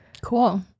cool